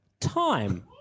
time